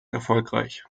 erfolgreich